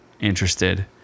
interested